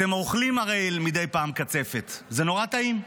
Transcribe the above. אתם הרי אוכלים מדי פעם קצפת, זה נורא טעים.